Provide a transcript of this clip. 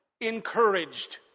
encouraged